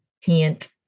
hint